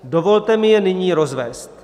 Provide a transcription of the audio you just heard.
Dovolte mi je nyní rozvést.